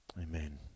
Amen